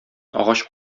агач